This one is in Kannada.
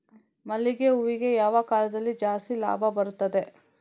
ಮಲ್ಲಿಗೆ ಹೂವಿಗೆ ಯಾವ ಕಾಲದಲ್ಲಿ ಜಾಸ್ತಿ ಲಾಭ ಬರುತ್ತದೆ?